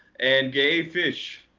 and gay fish.